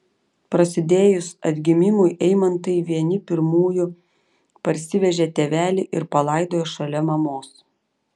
prasidėjus atgimimui eimantai vieni pirmųjų parsivežė tėvelį ir palaidojo šalia mamos